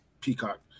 Peacock